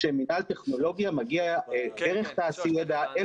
שמינהל טכנולוגיה מגיע דרך תעשידע אל